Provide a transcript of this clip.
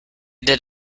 did